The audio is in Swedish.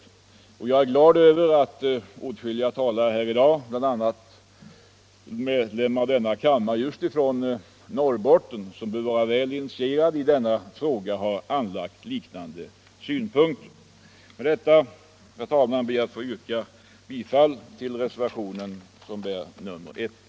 Jag är glad över att åtskilliga talare här i dag, bl.a. ledamöter av denna kammare från Norrbotten — som ju bör vara väl initierade i denna fråga — har anlagt liknande synpunkter. Herr talman! Med det anförda ber jag att få yrka bifall till reservationen 1.